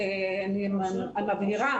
אני מבהירה.